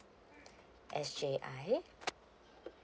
S_J_I